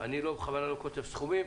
אני בכוונה לא כותב סכומים.